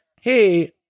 hey